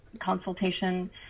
consultation